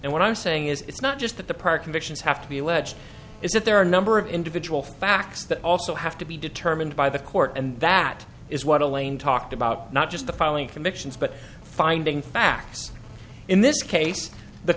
and what i'm saying is it's not just that the park convictions have to be alleged is that there are a number of individual facts that also have to be determined by the court and that is what elaine talked about not just the following convictions but finding facts in this case the